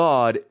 God